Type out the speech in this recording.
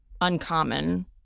uncommon